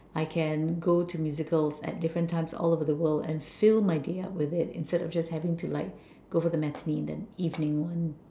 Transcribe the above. I can go to musicals at different times all over the world and fill my day up with it instead of just having to like go for the matinee and then evening one